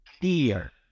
clear